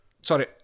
Sorry